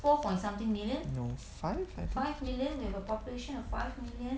no five I think